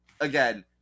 again